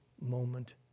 moment